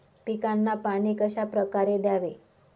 पिकांना पाणी कशाप्रकारे द्यावे?